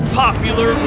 popular